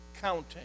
counting